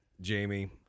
Jamie